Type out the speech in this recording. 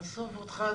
עזוב אותך.